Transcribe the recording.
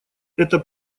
это